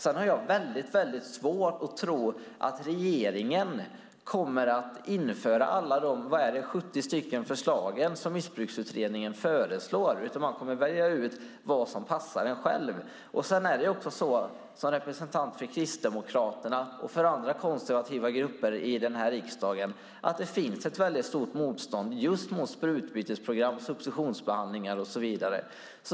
Sedan har jag svårt att tro att regeringen kommer att genomföra alla de 70 - eller vad det är - förslag som Missbruksutredningen har. Man kommer att välja ut det som passar en själv. Sedan finns det hos representanter för Kristdemokraterna och andra konservativa grupper i den här riksdagen ett stort motstånd just mot sprututbytesprogram, substitutionsbehandlingar och så vidare.